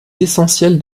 l’essentiel